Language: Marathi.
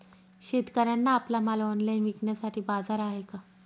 शेतकऱ्यांना आपला माल ऑनलाइन विकण्यासाठी बाजार आहे का?